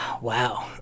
Wow